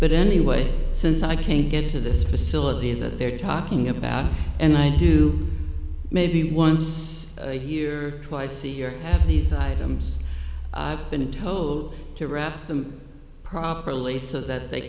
but anyway since i can't get to this facility that they're talking about and i do maybe once a year twice a year i have these items i've been told to wrap them properly so that they